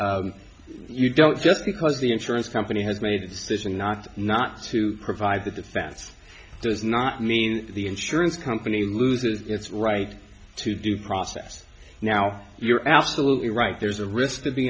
you don't just because the insurance company has made its decision not not to provide the defense does not mean the insurance company loses its right to due process now you're absolutely right there's a risk to be